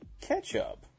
ketchup